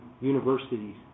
universities